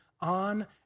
on